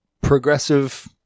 progressive